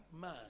man